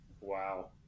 wow